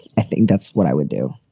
i think that's what i would do.